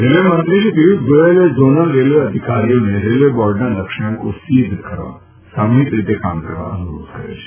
રેલવેમંત્રી શ્રી પિયૂષ ગોયલે zonal railway અધિકારીઓને રેલવે બોર્ડના લક્ષ્યાંકો સિદ્ધ કરવા સામૂહિક રીતે કામ કરવા અનુરોધ કર્યો છે